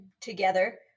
together